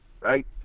right